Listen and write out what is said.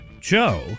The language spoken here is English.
Joe